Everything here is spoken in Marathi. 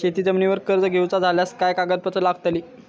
शेत जमिनीवर कर्ज घेऊचा झाल्यास काय कागदपत्र लागतली?